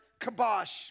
kabosh